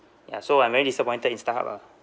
ya so I'm very disappointed in starhub ah